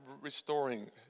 restoring